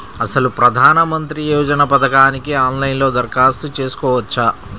అసలు ప్రధాన మంత్రి యోజన పథకానికి ఆన్లైన్లో దరఖాస్తు చేసుకోవచ్చా?